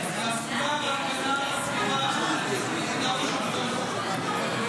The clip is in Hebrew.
היושב-ראש, קודם כול אני